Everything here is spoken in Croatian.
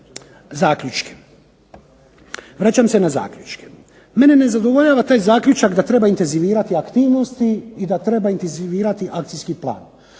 sad, vraćam se na zaključke. Mene ne zadovoljava taj zaključak da treba intenzivirati aktivnosti i da treba intenzivirati akcijski plan.